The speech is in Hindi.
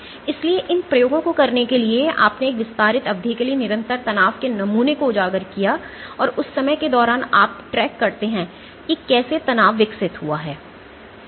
इसलिए इन प्रयोगों को करने के लिए आपने एक विस्तारित अवधि के लिए निरंतर तनाव के नमूने को उजागर किया और उस समय के दौरान आप ट्रैक करते हैं कि कैसे तनाव विकसित हुआ है